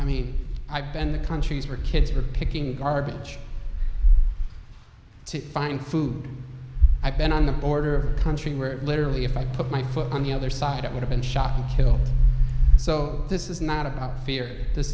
i mean i penned the countries where kids were picking garbage to find food i've been on the border of the country where literally if i put my foot on the other side it would have been shot and killed so this is not about fear this